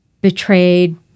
betrayed